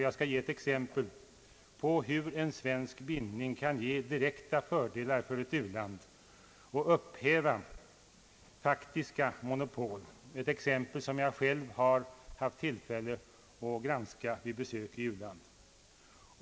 Jag skall ge ett exempel på hur en bindning kan ge direkta fördelar för ett u-land och upphäva faktiska monopol. Det är ett exempel som jag själv haft tillfälle att granska vid besök i ett u-land.